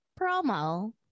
promo